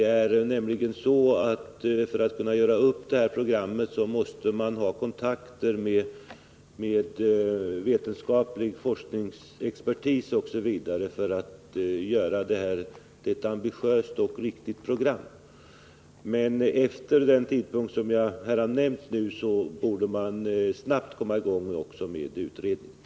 För att kunna göra ett ambitiöst och riktigt program måste man nämligen ha kontakter med vetenskaplig forskningsexpertis, osv. Men efter den tid som jag här har nämnt måste man snabbt komma i gång också med utredningen.